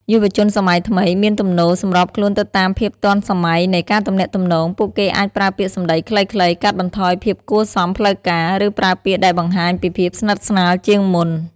យុវជនសម័យថ្មីមានទំនោរសម្របខ្លួនទៅតាមភាពទាន់សម័យនៃការទំនាក់ទំនង ពួកគេអាចប្រើពាក្យសំដីខ្លីៗ កាត់បន្ថយភាពគួរសមផ្លូវការ ឬប្រើពាក្យដែលបង្ហាញពីភាពស្និទ្ធស្នាលជាងមុន។